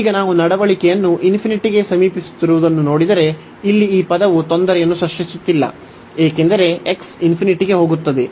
ಈಗ ನಾವು ನಡವಳಿಕೆಯನ್ನು ∞ ಗೆ ಸಮೀಪಿಸುತ್ತಿರುವುದನ್ನು ನೋಡಿದರೆ ಇಲ್ಲಿ ಈ ಪದವು ತೊಂದರೆಯನ್ನು ಸೃಷ್ಟಿಸುತ್ತಿಲ್ಲ ಏಕೆಂದರೆ x ∞ ಗೆ ಹೋಗುತ್ತದೆ